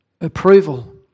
approval